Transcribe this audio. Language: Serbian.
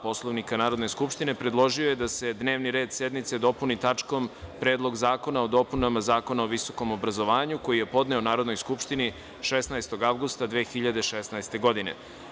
Poslovnika Narodne skupštine, predložio je da se dnevni red sednice dopuni tačkom – Predlog zakona o dopunama Zakona o visokom obrazovanju, koji je podneo Narodnoj skupštini 16. avgusta 2016. godine.